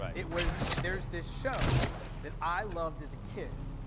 but it was there's this show that i loved as a kid.